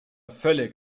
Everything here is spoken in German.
völlig